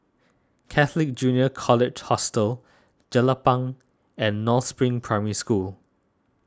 Catholic Junior College Hostel Jelapang and North Spring Primary School